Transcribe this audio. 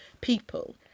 people